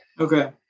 Okay